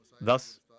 Thus